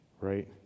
right